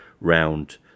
round